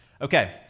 Okay